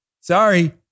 Sorry